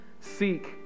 seek